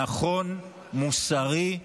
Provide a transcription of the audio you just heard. נכון, מוסרי,